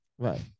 Right